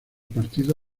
partido